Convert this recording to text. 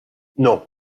non